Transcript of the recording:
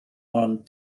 ond